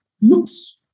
looks